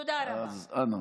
אז אנא.